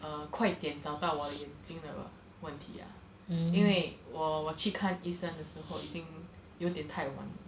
err 快点找到我的眼睛的问题 ah 因为我我去看医生的时候已经有点太晚